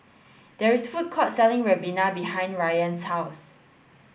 there is a food court selling Ribena behind Rayan's house